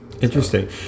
interesting